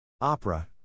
Opera